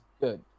good